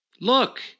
Look